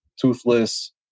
toothless